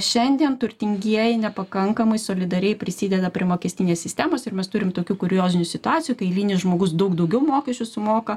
šiandien turtingieji nepakankamai solidariai prisideda prie mokestinės sistemos ir mes turim tokių kuriozinių situacijų kai eilinis žmogus daug daugiau mokesčių sumoka